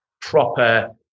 proper